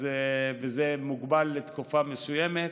וזה מוגבל לתקופה מסוימת,